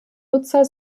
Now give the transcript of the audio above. nutzer